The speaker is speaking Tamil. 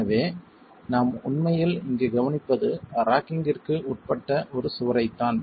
எனவே நாம் உண்மையில் இங்கு கவனிப்பது ராக்கிங்கிற்கு உட்பட்ட ஒரு சுவரைத்தான்